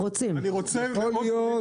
רוצים רוצים.